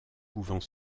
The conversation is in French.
pouvant